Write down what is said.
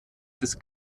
des